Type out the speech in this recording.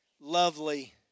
Lovely